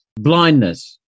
blindness